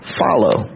follow